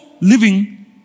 living